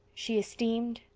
she esteemed,